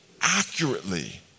accurately